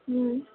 হুম